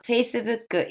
Facebook